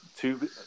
Two